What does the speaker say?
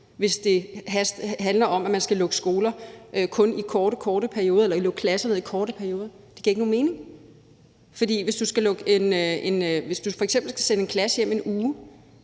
hvis det handler om, at man skal lukke skoler kun i korte, korte perioder eller lukke klasser ned i korte perioder? Det giver ikke nogen mening. Hvis du f.eks. skal sende en klasse hjem 1 uge,